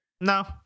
No